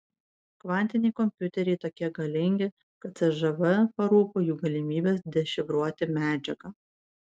kvantiniai kompiuteriai tokie galingi kad cžv parūpo jų galimybės dešifruoti medžiagą